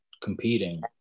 competing